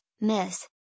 Miss